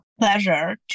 pleasure